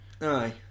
Aye